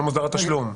לא מוסדר בתשלום.